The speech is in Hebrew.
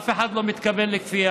אף אחד לא מתכוון לכפייה.